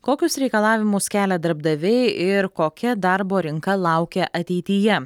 kokius reikalavimus kelia darbdaviai ir kokia darbo rinka laukia ateityje